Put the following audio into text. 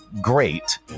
great